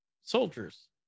soldiers